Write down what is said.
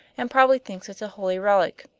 and probably thinks it a holy relic.